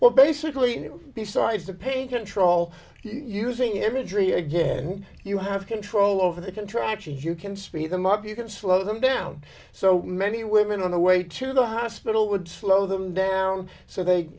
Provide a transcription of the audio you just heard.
well basically besides a pagan troll using imagery again you have control over the contractions you can speed them up you can slow them down so many women on the way to the hospital would slow them down so they